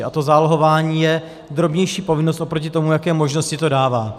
A to zálohování je drobnější povinnost oproti tomu, jaké možnosti to dává.